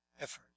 effort